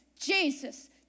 Jesus